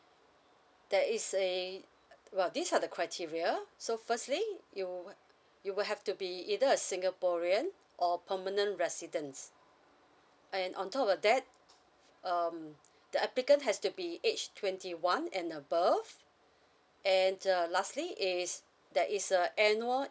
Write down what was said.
there is a well these are the criteria so firstly you you will have to be either a singaporean or permanent residents and on top of that um the applicant has to be age twenty one and above and uh lastly is there is a annual